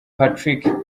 patrick